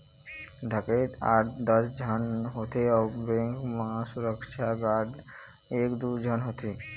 डकैत आठ दस झन होथे अउ बेंक म सुरक्छा गार्ड एक दू झन होथे